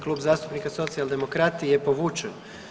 Klub zastupnika Socijaldemokrati je povučen.